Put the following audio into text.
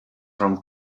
from